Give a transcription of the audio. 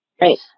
Right